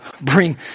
bring